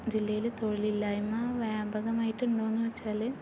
ജില്ലയിൽ തൊഴിലില്ലായ്മ വ്യാപകമായിട്ടുണ്ടോയെന്നു ചോദിച്ചാൽ